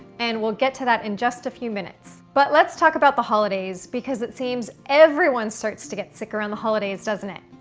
and we'll get to that in just a few minutes. but let's talk about the holidays because it seems everyone starts to get sick around the holidays doesn't it?